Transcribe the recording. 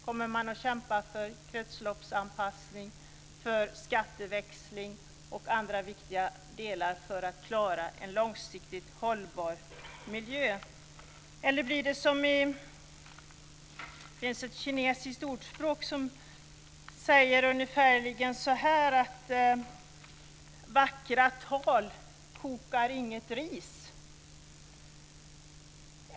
Kommer man att kämpa för kretsloppsanpassning, skatteväxling och andra viktiga delar för att klara en långsiktigt hållbar miljö? Det finns ett kinesiskt ordspråk som säger ungefär att vackra tal kokar inget ris.